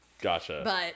Gotcha